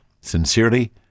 Sincerely